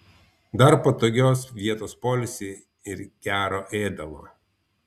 dar patogios vietos poilsiui ir gero ėdalo